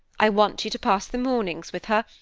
i want you to pass the mornings with her,